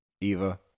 Eva